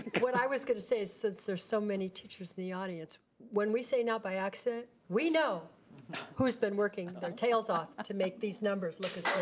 what i was gonna say is, since there's so many teachers in the audience, when we say not by accident, we know who has been working their tails off to make these numbers look as